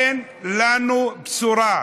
אין לנו בשורה.